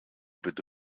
bitte